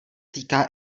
týká